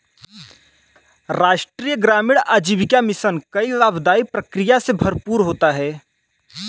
राष्ट्रीय ग्रामीण आजीविका मिशन कई लाभदाई प्रक्रिया से भरपूर होता है